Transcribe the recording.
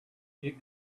you